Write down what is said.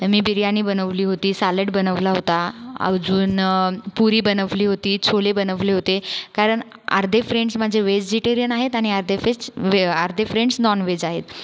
मी बिर्याणी बनवली होती सालड बनवला होता अजून पुरी बनवली होती छोले बनवले होते कारण अर्धे फ्रेंड्स माझे व्हेजिटेरियन आहेत आणि अर्धे फेज वे आ अर्धे फ्रेंड्स नॉन व्हेज आहेत